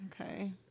Okay